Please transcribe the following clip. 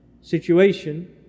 situation